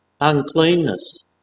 uncleanness